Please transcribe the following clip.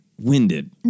Winded